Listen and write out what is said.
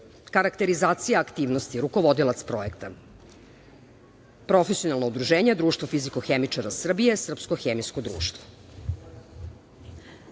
karakterizacija aktivnosti, rukovodilac projekta. Profesionalna udruženja: Društvo fiziko-hemičara Srbije, Srpsko hemijsko društvo. Dakle,